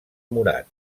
murat